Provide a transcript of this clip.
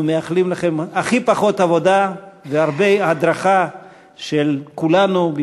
אנחנו מאחלים לכם הכי פחות עבודה והרבה הדרכה של כולנו,